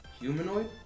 humanoid